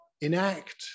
enact